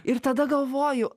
ir tada galvoju